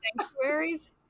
sanctuaries